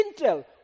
intel